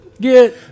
Get